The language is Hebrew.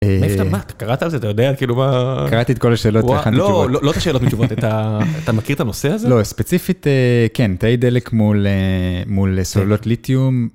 מאיפה אתה מה, אתה קראת על זה, אתה יודע, כאילו, מה... קראתי את כל השאלות, הכנתי תשובות. לא, לא את השאלות ותשובות, אתה מכיר את הנושא הזה? לא, ספציפית, כן, תאי דלק מול סוללות ליטיום.